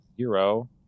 zero